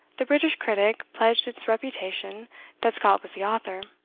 the british critic pledged its reputation that scott was the author.